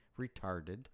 retarded